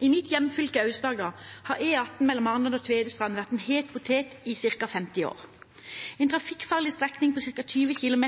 I mitt hjemfylke, Aust-Agder, har E18 mellom Arendal og Tvedestrand vært en het potet i ca. 50 år – en trafikkfarlig strekning på ca. 20 km